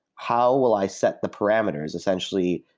how will i set the parameters? essentially,